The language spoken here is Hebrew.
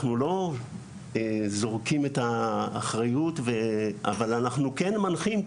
אנחנו לא זורקים את האחריות, אבל אנחנו כן מנחים.